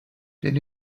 then